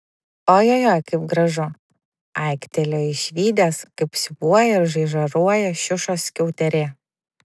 ojojoi kaip gražu aiktelėjo išvydęs kaip siūbuoja ir žaižaruoja šiušos skiauterė